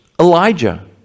Elijah